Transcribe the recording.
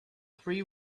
three